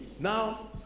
Now